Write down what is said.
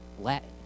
Latin